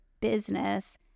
business